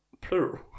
plural